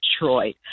Detroit